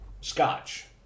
scotch